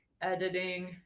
editing